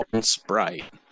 Sprite